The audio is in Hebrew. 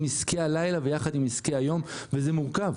יחד עם עסקי הלילה, ויחד עם עסקי היום, וזה מורכב.